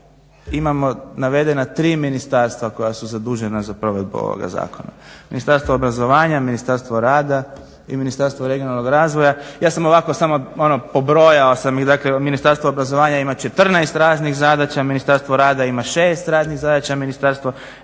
imamo navedena tri ministarstva koja su zadužena za provedbu ovoga zakona: Ministarstvo obrazovanja, Ministarstvo rada i Ministarstvo regionalnog razvoja. Ja sam ovako samo pobrojao, dakle Ministarstvo obrazovanja ima 14 raznih zadaća, Ministarstvo rada ima 6 raznih zadaća, Ministarstvo